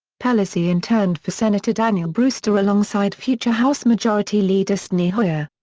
pelosi interned for senator daniel brewster alongside future house majority leader steny hoyer.